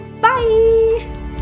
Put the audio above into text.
Bye